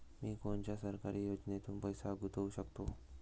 मी कोनच्या सरकारी योजनेत पैसा गुतवू शकतो?